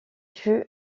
fut